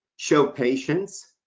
show patience,